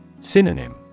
Synonym